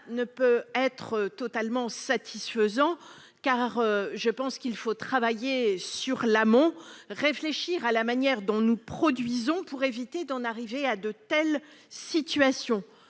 ne peut être totalement satisfaisante, car il faut travailler sur l'amont et réfléchir à la manière dont nous produisons pour éviter d'en arriver à de telles situations.